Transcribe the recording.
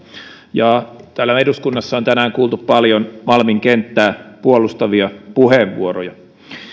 ja täällä eduskunnassa on tänään kuultu paljon malmin kenttää puolustavia puheenvuoroja